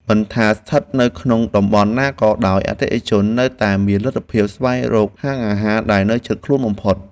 មិនថាស្ថិតនៅក្នុងតំបន់ណាក៏ដោយអតិថិជននៅតែមានលទ្ធភាពស្វែងរកហាងអាហារដែលនៅជិតខ្លួនបំផុត។